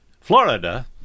Florida